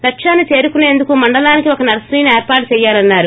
లక్ష్యాన్ని చేరుకునేందుకు మండలానికి ఒక నర్పరీని ఏర్పాటు చేయాలన్సారు